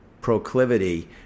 proclivity